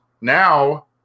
now